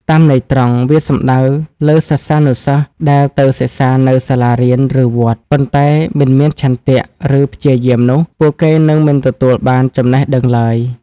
តាមន័យត្រង់ វាសំដៅលើសិស្សានុសិស្សដែលទៅសិក្សានៅសាលារៀន ឬវត្ត ប៉ុន្តែមិនមានឆន្ទៈ ឬព្យាយាមនោះ ពួកគេនឹងមិនទទួលបានចំណេះដឹងឡើយ។